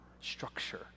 structure